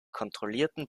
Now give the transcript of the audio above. kontrollierten